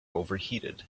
overheated